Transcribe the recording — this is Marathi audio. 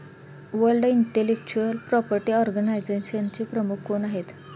वर्ल्ड इंटेलेक्चुअल प्रॉपर्टी ऑर्गनायझेशनचे प्रमुख कोण आहेत?